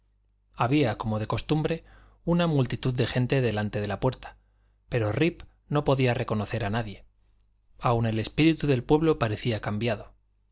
había como de costumbre una multitud de gente delante de la puerta pero rip no podía reconocer a nadie aun el espíritu del pueblo parecía cambiado